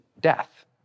death